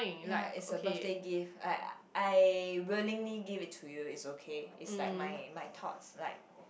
ya it's a birthday gift like I willingly give it to you is okay is like my my thoughts like